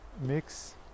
mix